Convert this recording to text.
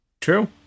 True